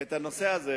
את הנושא הזה